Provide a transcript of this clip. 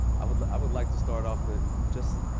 i would i would like to start off with just